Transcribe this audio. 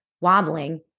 wobbling